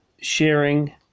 sharing